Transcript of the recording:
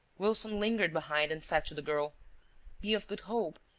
wilson lingered behind and said to the girl be of good hope.